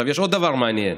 יש עוד דבר מעניין: